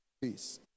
peace